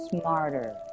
smarter